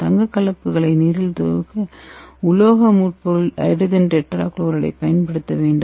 தங்கக் கலப்புகளை நீரில் தொகுக்க உலோக முன்பொருள் ஹைட்ரஜன் டெட்ராக்ளோரூரேட்டைப் பயன்படுத்த வேண்டும்